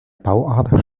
bauart